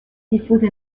diffuso